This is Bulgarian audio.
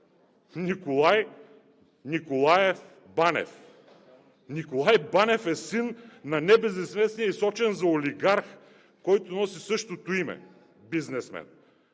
Николай Банев е син на небезизвестния и сочен за олигарх, който носи същото име, бизнесмен.